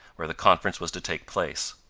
where the conference was to take place.